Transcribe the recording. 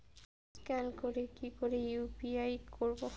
Scan করে কি করে ইউ.পি.আই করবো?